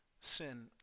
sin